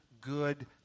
good